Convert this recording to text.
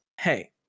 hey